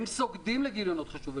הם סוגדים לכאלה,